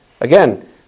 Again